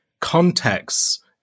contexts